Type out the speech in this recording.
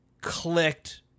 clicked